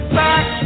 back